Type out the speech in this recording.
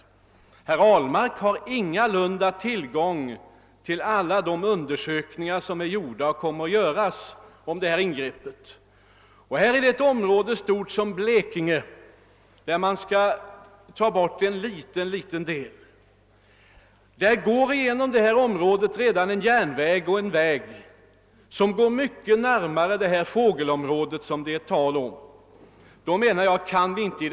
Och herr Ahlmark har ingalunda tillgång till resultaten av de undersökningar som är gjorda eller kommer att göras i detta fall. Här gäller det ett område så stort som Blekinge, och det föreslagna projektet berör en mycket liten del. I det området finns redan nu en väg och en järnväg, som båda går mycket närmare det känsliga fågelområdet än den anläggning det kan bli fråga om.